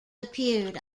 appeared